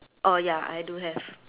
orh ya I do have